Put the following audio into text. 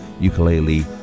ukulele